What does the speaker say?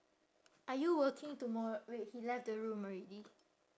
are you working tomor~ wait he left the room already